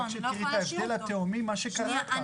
רק שתראי את ההבדל התהומי מה שקרה כאן.